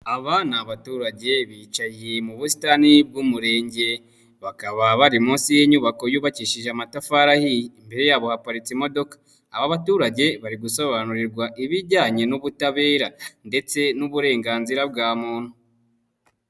Aba ni abaturage bicaye mu busitani bw'umurenge, bakaba bari munsi y'inyubako yubakishije amatafari ahiye. Imbere yabo haparitse imodoka, aba baturage bari gusobanurirwa ibijyanye n'ubutabera ndetse n'uburenganzira bwa muntu.